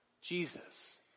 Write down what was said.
Jesus